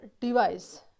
device